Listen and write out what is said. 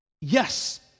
Yes